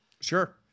Sure